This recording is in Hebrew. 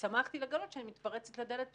ושמחתי לגלות שאני מתפרצת לדלת פתוחה,